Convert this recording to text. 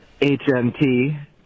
hmt